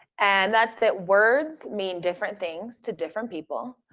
and that's that words mean different things to different people.